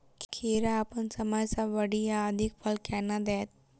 खीरा अप्पन समय सँ बढ़िया आ अधिक फल केना देत?